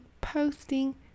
posting